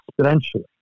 exponentially